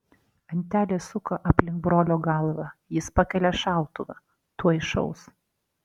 antelė suka aplink brolio galvą jis pakelia šautuvą tuoj šaus